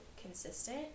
consistent